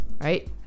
right